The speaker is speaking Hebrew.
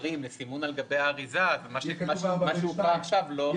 עוברים עכשיו לסימון על גבי האריזה אז מה שהוקרא עכשיו לא רלוונטי.